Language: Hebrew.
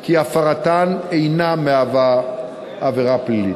כי הפרתן אינה מהווה עבירה פלילית.